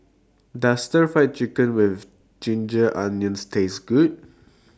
Does Stir Fry Chicken with Ginger Onions Taste Good